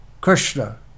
Krishna